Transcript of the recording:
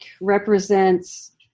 represents